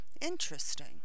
interesting